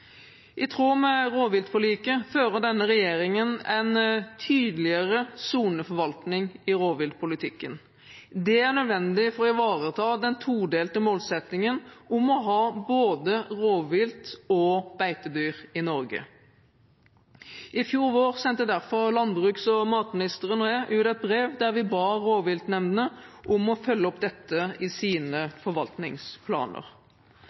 I tråd med rovviltforliket fører denne regjeringen en tydeligere soneforvaltning i rovviltpolitikken. Det er nødvendig for å ivareta den todelte målsettingen om å ha både rovvilt og beitedyr i Norge. I fjor vår sendte derfor landbruks- og matministeren og jeg ut et brev der vi ba rovviltnemndene om å følge opp dette i sine forvaltningsplaner.